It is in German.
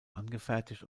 angefertigt